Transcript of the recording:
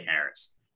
Harris